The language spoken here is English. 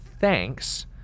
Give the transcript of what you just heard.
thanks